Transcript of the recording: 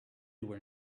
were